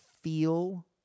feel